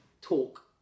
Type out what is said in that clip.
talk